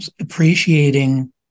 appreciating